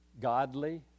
godly